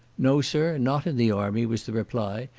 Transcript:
no, sir, not in the army, was the reply,